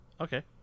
Okay